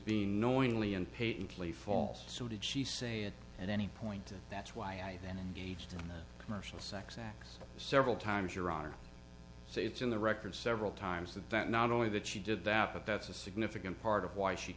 being knowingly and peyton clee falls so did she say it and then he pointed that's why i then engaged in commercial sex acts several times your honor so it's in the record several times that that not only that she did that but that's a significant part of why she